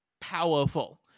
powerful